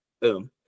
Boom